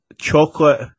chocolate